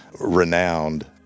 renowned